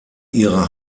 ihre